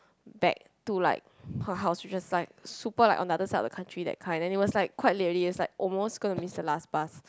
back to like her house which was like super like on the other side of the country that kind and it was like quite late already it was like almost gonna miss the last bus